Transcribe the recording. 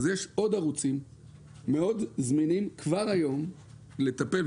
אז יש עוד ערוצים מאוד זמינים כבר היום לטפל בזה,